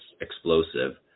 explosive